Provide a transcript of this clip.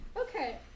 Okay